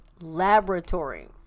laboratory